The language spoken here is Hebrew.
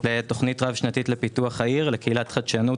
בתוכנית רב שנתית לפיתוח העיר לקהילת חדשנות